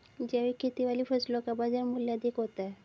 जैविक खेती वाली फसलों का बाजार मूल्य अधिक होता है